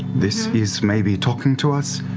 this is maybe talking to us,